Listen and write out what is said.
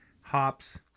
hops